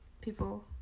people